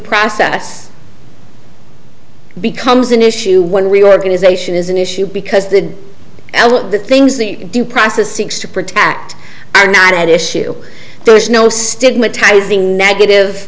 process becomes an issue when reorganization is an issue because the l the things the due process seeks to protect are not at issue there is no stigmatizing negative